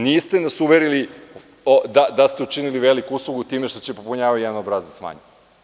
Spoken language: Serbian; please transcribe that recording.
Niste nas uverili da ste učinili veliku uslugu time što će da popunjavaju jedan obrazac manje.